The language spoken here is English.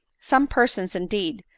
some persons, indeed,